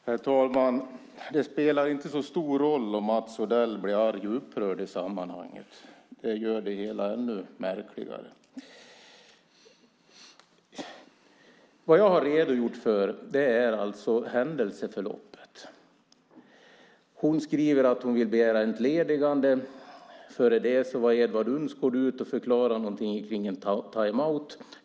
Herr talman! Det spelar inte så stor roll om Mats Odell blir arg och upprörd i sammanhanget. Det gör det hela ännu märkligare. Vad jag har redogjort för är händelseförloppet. Ulrica Schenström skriver att hon vill begära entledigande. Innan dess var Edvard Unsgaard ute och förklarade någonting om en timeout.